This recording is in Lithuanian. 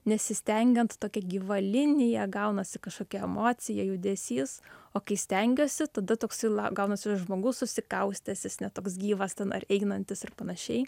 nesistengiant tokia gyva linija gaunasi kažkokia emocija judesys o kai stengiuosi tada toks jau gaunasi žmogus susikaustęs jis ne toks gyvas ten ar einantis ir panašiai